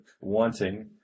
wanting